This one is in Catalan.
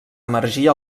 emergir